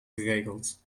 geregeld